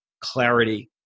clarity